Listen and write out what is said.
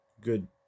good